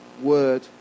Word